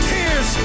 Tears